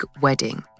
wedding